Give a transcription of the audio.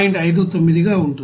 59 గా ఉంటుంది